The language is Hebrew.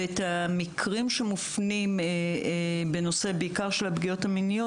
והמקרים שמופנים בעיקר בנושא של הפגיעות המיניות,